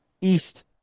east